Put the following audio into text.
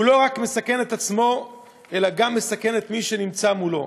והוא לא מסכן רק את עצמו אלא מסכן גם את מי שנמצא מולו.